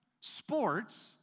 Sports